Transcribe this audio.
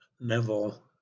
neville